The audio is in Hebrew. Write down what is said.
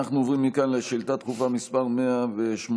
אנחנו עוברים מכאן לשאילתה דחופה מס' 118,